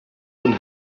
und